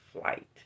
flight